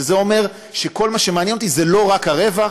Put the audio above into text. שזה אומר שמה שמעניין אותי זה לא רק הרווח,